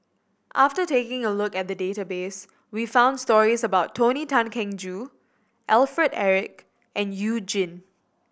after taking a look at database we found stories about Tony Tan Keng Joo Alfred Eric and You Jin